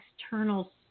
external